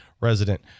resident